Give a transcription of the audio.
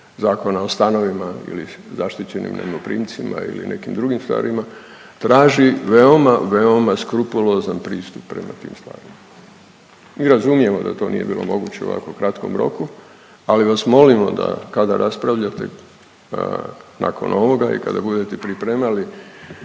zakona o stanovima ili zaštićenim najmoprimcima ili nekim stvarima, traži veoma, veoma skrupulozan pristup prema tim stvarima. Mi razumijemo da to nije bilo moguće u ovako kratkom roku, ali vas molimo da kada raspravljate, nakon ovoga i kada budete pripremali